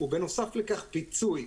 ובנוסף לכך לתת פיצוי.